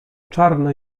czarne